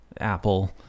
Apple